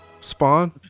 Spawn